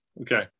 okay